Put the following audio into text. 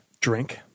Drink